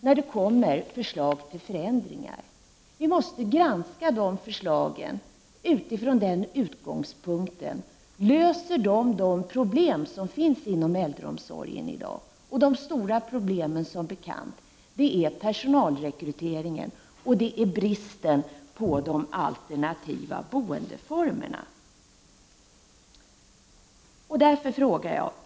När det kommer förslag till förändringar måste vi granska förslagen från utgångspunkten om de löser de problem som finns inom äldreomsorgen i dag. De stora problemen gäller som bekant personalrekryteringen och bristen på alternativa boendeformer.